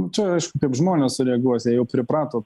čia aišku kaip žmonės sureaguos jie jau priprato